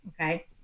Okay